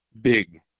big